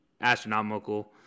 astronomical